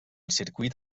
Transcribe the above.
circuit